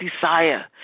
desire